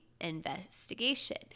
investigation